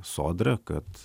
sodra kad